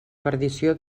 perdició